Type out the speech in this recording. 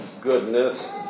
goodness